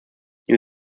new